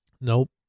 nope